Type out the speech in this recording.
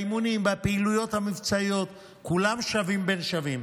באימונים ובפעילויות המבצעיות כולם שווים בין שווים,